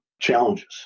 challenges